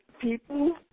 people